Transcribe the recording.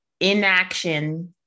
Inaction